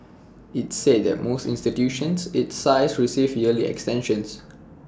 IT said that most institutions its size receive yearly extensions